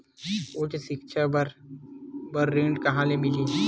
उच्च सिक्छा बर ऋण कहां ले मिलही?